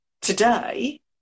today